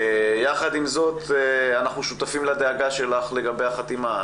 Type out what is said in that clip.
יחד עם זאת אנחנו שותפים לדאגה שלך לגבי החתימה,